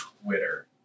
Twitter